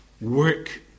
work